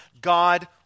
God